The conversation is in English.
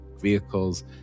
vehicles